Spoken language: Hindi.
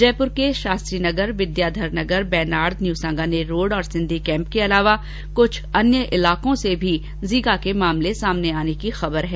जयपुर के शास्त्री नगर विद्याधर नगर बेनाड न्यू सांगानेर रोड और सिंधी कैंप के अलावा कुछ अन्य इलाको से भी जीका के मामले सामने आने की खबरे हैं